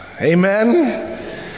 Amen